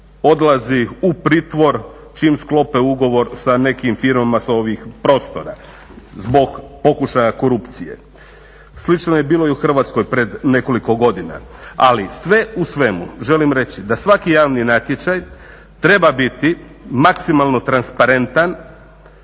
odlazi u pritvor čim sklope ugovor sa nekim firmama s ovih prostora zbog pokušaja korupcije. Slično je bilo i u Hrvatskoj pred nekoliko godina. Ali sve u svemu, želim reći da svaki javni natječaj treba biti maksimalno transparentan,